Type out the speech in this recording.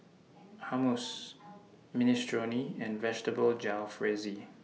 Hummus Minestrone and Vegetable Jalfrezi